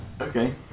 Okay